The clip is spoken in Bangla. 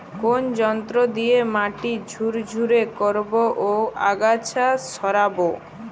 কোন যন্ত্র দিয়ে মাটি ঝুরঝুরে করব ও আগাছা সরাবো?